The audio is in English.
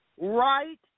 Right